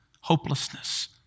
hopelessness